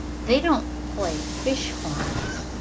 they don't play fish-horns.